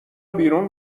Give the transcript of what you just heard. بیرون